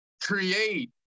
create